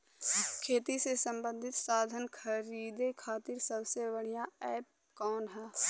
खेती से सबंधित साधन खरीदे खाती सबसे बढ़ियां एप कवन ह?